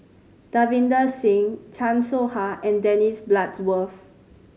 Davinder Singh Chan Soh Ha and Dennis Bloodworth